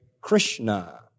Krishna